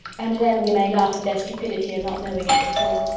and then we may laugh at their stupidity in not knowing it before.